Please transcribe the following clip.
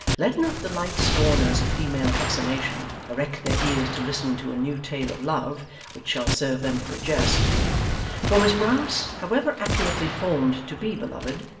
let not the light scorners of female fascination erect their ears to listen to a new tale of love which shall serve them for a jest for miss brass, however accurately formed to be beloved,